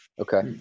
Okay